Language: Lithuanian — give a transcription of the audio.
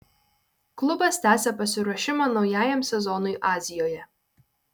klubas tęsia pasiruošimą naujajam sezonui azijoje